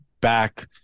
back